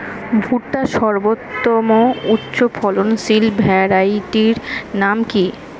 ভুট্টার সর্বোত্তম উচ্চফলনশীল ভ্যারাইটির নাম কি?